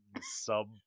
sub